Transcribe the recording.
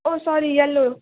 O sorry yellow